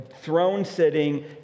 throne-sitting